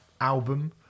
album